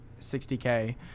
60K